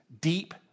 deep